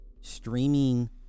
streaming